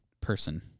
person